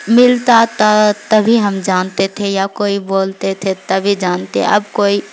ملتا تا تبھی ہم جانتے تھے یا کوئی بولتے تھے تبھی جانتے اب کوئی